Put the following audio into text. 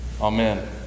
Amen